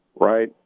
Right